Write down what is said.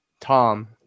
Tom